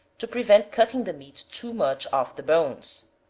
to prevent cutting the meat too much off the bones.